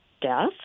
death